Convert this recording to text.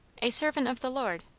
a servant of the lord.